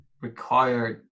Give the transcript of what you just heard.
required